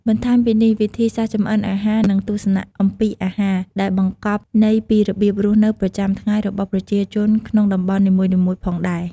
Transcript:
បន្ថែមពីនេះ វិធីសាស្ត្រចម្អិនអាហារ និងទស្សនៈអំពីអាហារ ដែលបង្កប់ន័យពីរបៀបរស់នៅប្រចាំថ្ងៃរបស់ប្រជាជនក្នុងតំបន់នីមួយៗផងដែរ។